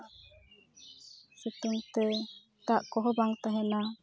ᱥᱤᱛᱩᱝ ᱛᱮ ᱫᱟᱜ ᱠᱚᱦᱚᱸ ᱵᱟᱝ ᱛᱟᱦᱮᱱᱟ